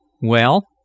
Well